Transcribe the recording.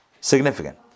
significant